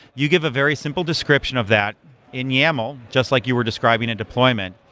you give a very simple description of that in yaml just like you were describing a deployment,